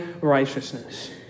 righteousness